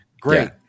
Great